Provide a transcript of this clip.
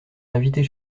invités